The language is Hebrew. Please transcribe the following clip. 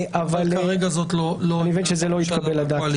אני מבין שזה לא התקבל בשלב זה.